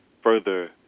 further